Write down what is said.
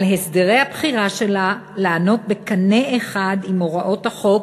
על הסדרי הבחירה שלה לעלות בקנה אחד עם הוראות החוק,